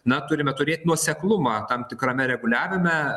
na turime turėt nuoseklumą tam tikrame reguliavime